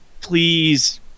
please